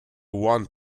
one